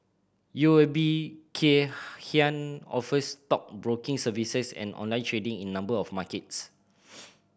U O B Kay Hian offers stockbroking services and online trading in number of markets